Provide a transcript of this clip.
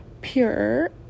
pure